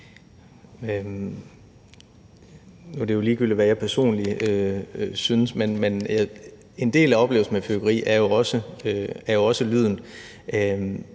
det jo ligegyldigt, hvad jeg personligt synes, men en del af oplevelsen med fyrværkeri er jo også lyden.